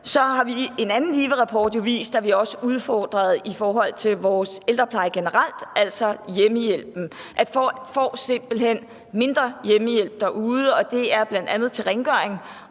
så har en anden VIVE-rapport jo vist, at vi også er udfordret i forhold til vores ældrepleje generelt, altså hjemmehjælpen. Folk får simpelt hen mindre hjemmehjælp derude, og det er bl.a. til rengøring